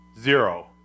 Zero